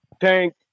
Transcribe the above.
Tank